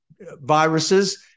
Viruses